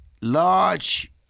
large